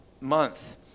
month